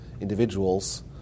individuals